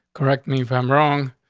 correct me if i'm wrong.